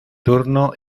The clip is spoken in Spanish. turno